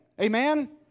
Amen